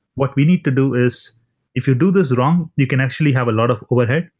what we need to do is if you do this wrong, you can actually have a lot of overhead,